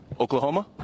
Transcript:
Oklahoma